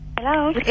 Hello